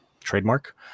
trademark